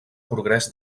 progrés